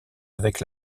avec